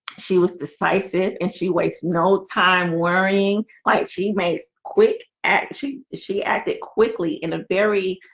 she was decisive and she wastes no time worrying like she makes quick actually she acted quickly in a very